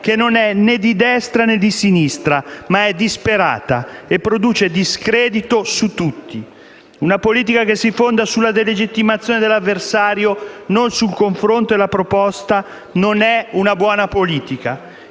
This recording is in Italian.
che non è né di destra né di sinistra, ma è disperata e produce discredito su tutti. Una politica che si fonda sulla delegittimazione dell'avversario, non sul confronto e la proposta, non è una buona politica.